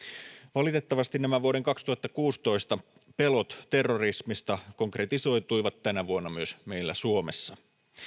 valitettavasti nämä vuoden kaksituhattakuusitoista pelot terrorismista konkretisoituivat tänä vuonna myös meillä suomessa